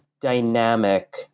dynamic